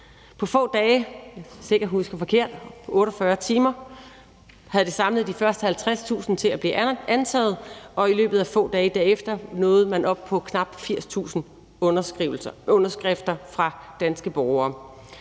de første 50.000 underskrifter, for at forslaget kunne blive antaget, og i løbet af få dage derefter nåede man op på knap 80.000 underskrifter fra danske borgere.